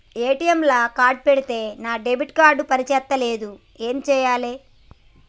ATM లా card పెడితే నా డెబిట్ కార్డ్ పని చేస్తలేదు ఏం చేయాలే?